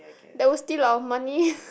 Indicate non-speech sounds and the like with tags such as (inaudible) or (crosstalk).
they will steal our money (laughs)